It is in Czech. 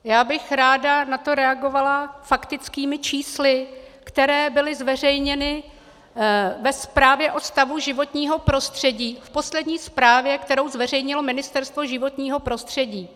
Já bych ráda na to reagovala faktickými čísly, která byla zveřejněna ve zprávě o stavu životního prostředí, v poslední zprávě, kterou zveřejnilo Ministerstvo životního prostředí.